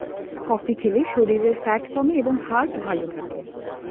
coffee খেলে শরীরের fat কমে এবং হার্ট ভালো থাকে